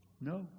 No